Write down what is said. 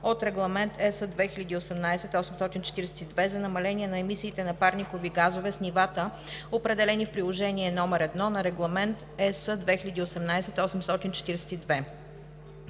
от Регламент (ЕС) 2018/842 за намаления на емисиите на парникови газове с нивата, определени в приложение № I на Регламент (ЕС) 2018/842.